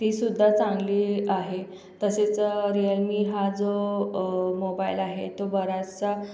ती सुद्धा चांगली आहे तसेच रिअलमी हा जो मोबाईल आहे तो बराचसा